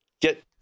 get